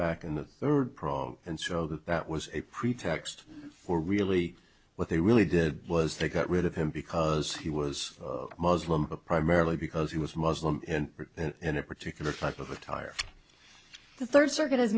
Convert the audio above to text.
back in the third problem and so that that was a pretext for really what they really did was they got rid of him because he was muslim primarily because he was muslim and in a particular type of attire the third circuit has